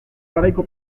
garaiko